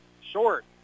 Short